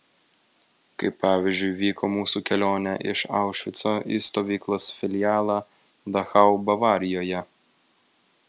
kaip pavyzdžiui vyko mūsų kelionė iš aušvico į stovyklos filialą dachau bavarijoje